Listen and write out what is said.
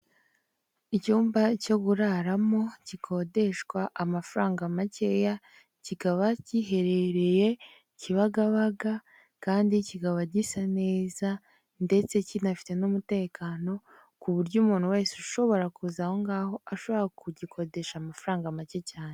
Icyumba cyo kuraramo gikodeshwa amafaranga makeya, kikaba giherereye Kibagabaga kandi kikaba gisa neza ndetse kinafite n'umutekano, ku buryo umuntu wese ushobora kuza aho ngaho, ashobora kugikodesha amafaranga make cyane.